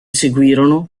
seguirono